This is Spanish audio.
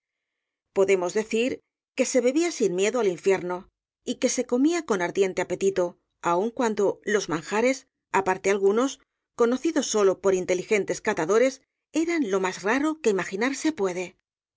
podemos decir que se bebía sin miedo al infierno y que se comía con ardiente apetito aun cuando los manjares aparte algunos conocidos sólo por inteligentes catadores eran lo más raro que imaginarse puede